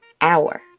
hour